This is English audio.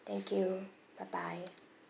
thank you bye bye